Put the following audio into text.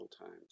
times